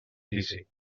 crisi